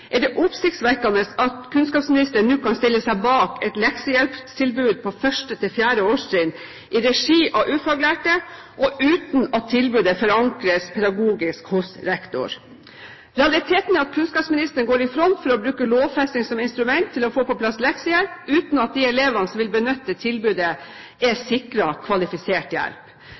er det oppsiktsvekkende å nå stille seg bak et leksehjelptilbud på 1.–4. årstrinn i regi av ufaglærte, og uten at tilbudet forankres pedagogisk hos rektor. Realiteten er at kunnskapsministeren går i front for å bruke lovfesting som instrument for å få på plass leksehjelp uten at de elevene som vil benytte tilbudet, er sikret kvalifisert hjelp.